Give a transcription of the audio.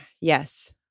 Yes